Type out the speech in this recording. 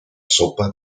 sopa